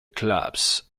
clubs